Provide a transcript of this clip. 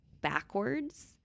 backwards